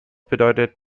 bedeutet